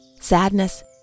sadness